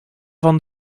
van